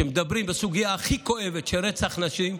שמדברים על הסוגיה הכי כואבת, של רצח נשים,